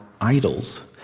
idols